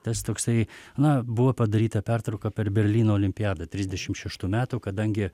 tas toksai na buvo padaryta pertrauka per berlyno olimpiadą trisdešim šeštų metų kadangi